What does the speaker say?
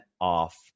off